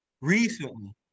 Recently